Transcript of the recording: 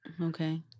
Okay